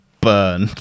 Burn